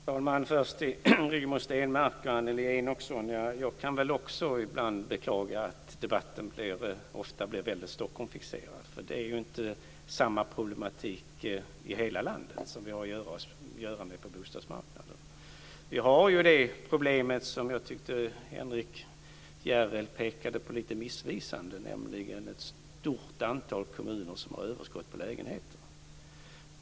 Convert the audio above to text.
Fru talman! Först vill jag säga till Rigmor Stenmark och Annelie Enochson att jag också ibland kan beklaga att debatten ofta blir väldigt Stockholmsfixerad. Det är ju inte samma problematik i hela landet som vi har att göra med på bostadsmarknaden. Vi har det problem som jag tyckte att Henrik Järrel lite missvisande pekade på, nämligen ett stort antal kommuner som har överskott på lägenheter.